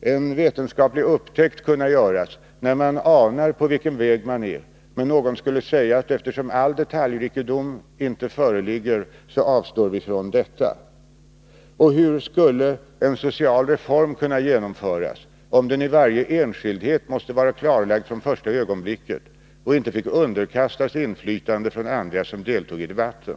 en vetenskaplig upptäckt kunna göras, när man anar på vilken väg man är och någon då invänder, att eftersom all detaljrikedom inte föreligger, så avstår vi från detta? Hur skulle en social reform kunna genomföras, om den i varje enskildhet måste vara klarlagd från första ögonblicket och inte fick underkastas inflytande från andra som deltog i debatten?